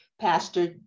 Pastor